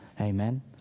Amen